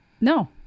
No